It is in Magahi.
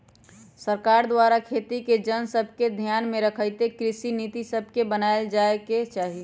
सरकार द्वारा खेती के जन सभके ध्यान में रखइते कृषि नीति सभके बनाएल जाय के चाही